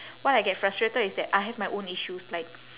what I get frustrated is that I have my own issues like